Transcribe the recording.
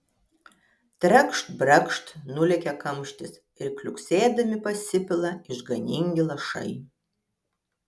trakšt brakšt nulekia kamštis ir kliuksėdami pasipila išganingi lašai